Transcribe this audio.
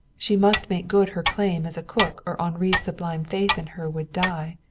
she must make good her claim as a cook or henri's sublime faith in her would die.